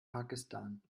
pakistan